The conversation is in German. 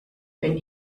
wenn